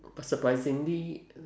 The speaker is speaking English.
but surprisingly